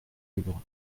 livres